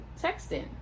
texting